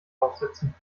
aufsetzen